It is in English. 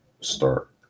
start